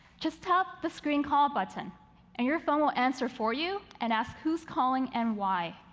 just tap the screen call button and your phone will answer for you and ask who's calling and why.